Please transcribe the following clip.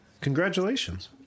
Congratulations